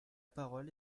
parole